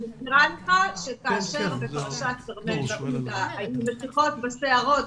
אני מזכירה לך שכאשר בפרשת כרמל מעודה היו משיכות בשערות,